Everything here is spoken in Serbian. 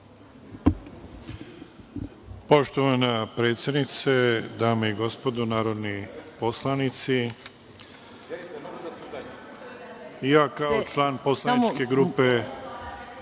Poštovana predsednice, dame i gospodo narodni poslanici, kao član poslaničke grupe